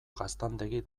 gaztandegi